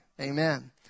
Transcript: Amen